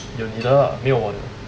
有你的 lah 没有我的